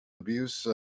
abuse